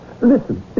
Listen